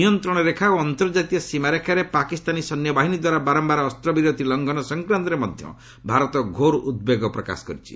ନିୟନ୍ତ୍ରଣରେଖା ଓ ଅନ୍ତର୍କାତୀୟ ସୀମାରେଖାରେ ପାକିସ୍ତାନୀ ସୈନ୍ୟବାହିନୀ ଦ୍ୱାରା ବାରମ୍ଘାର ଅସ୍ତ୍ରବିରତି ଲଂଘନ ସଂକ୍ରାନ୍ତରେ ମଧ୍ୟ ଭାରତ ଘୋର ଉଦ୍ବେଗ ପ୍ରକାଶ କରିଛି